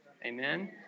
Amen